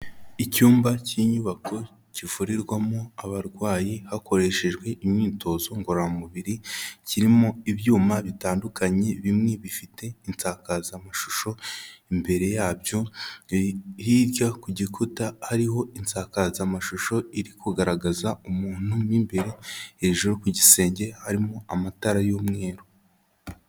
Icyumba cy'inyubako kivurirwamo abarwayi hakoreshejwe imyitozo ngororamubiri, kirimo ibyuma bitandukanye bimwe bifite insakazamashusho, imbere yabyo hirya ku gikuta hariho insakazamashusho iri kugaragaza umuntu mo imbere, hejuru ku gisenge harimo amatara y'umweru.